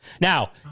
Now